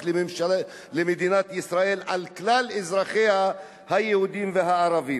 למדינת ישראל על כלל אזרחיה היהודים והערבים.